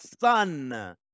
son